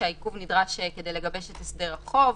שהעיכוב נדרש כדי לגבש את הסדר החוב,